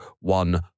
one